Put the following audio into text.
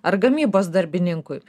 ar gamybos darbininkui